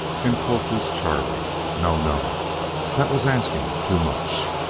and cultus charlie! no, no that was asking too much.